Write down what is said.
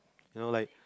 you know like